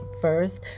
first